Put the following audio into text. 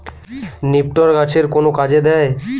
নিপটর গাছের কোন কাজে দেয়?